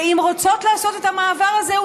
ואם רוצות לעשות את המעבר הזה,